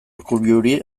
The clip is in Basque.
urkulluri